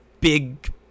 big